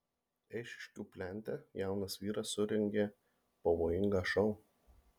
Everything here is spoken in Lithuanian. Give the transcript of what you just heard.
eišiškių plente jaunas vyras surengė pavojingą šou